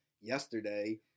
yesterday